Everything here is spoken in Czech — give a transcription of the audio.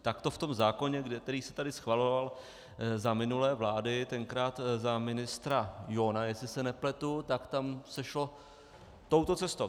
Tak to v tom zákoně, který se tady schvaloval za minulé vlády, tenkrát za ministra Johna, jestli se nepletu, tak tam se šlo touto cestou.